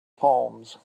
palms